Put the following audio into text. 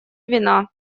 вина